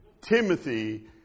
Timothy